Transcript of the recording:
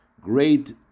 great